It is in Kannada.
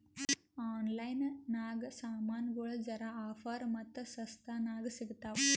ಆನ್ಲೈನ್ ನಾಗ್ ಸಾಮಾನ್ಗೊಳ್ ಜರಾ ಆಫರ್ ಮತ್ತ ಸಸ್ತಾ ನಾಗ್ ಸಿಗ್ತಾವ್